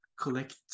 collect